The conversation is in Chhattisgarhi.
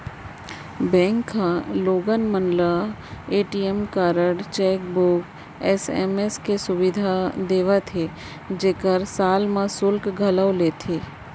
बेंक ह लोगन ल ए.टी.एम कारड, चेकबूक, एस.एम.एस के सुबिधा देवत हे जेकर साल म सुल्क घलौ लेथे